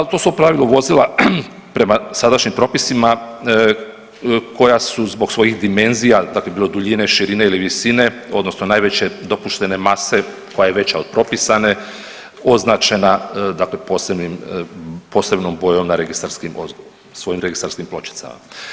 A to su u pravilu vozila prema sadašnjim propisima koja su zbog svojih dimenzija, dakle bilo duljine, širine ili visine odnosno najveće dopuštene mase koja je veća od propisane označena dakle posebnim, posebnom bojom na registarskim, svojim registarskim pločicama.